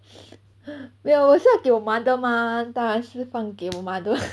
没有我是要给我 mother mah 当然是放给我 mother